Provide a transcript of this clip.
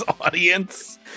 audience